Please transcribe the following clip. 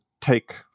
take